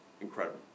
incredible